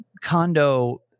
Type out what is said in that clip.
condo